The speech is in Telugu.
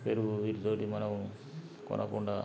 పెరుగు వీటితో మనము కొనకుండా